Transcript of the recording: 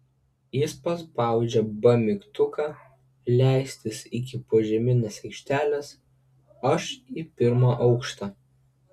jis paspaudžia b mygtuką leistis iki požeminės aikštelės aš į pirmą aukštą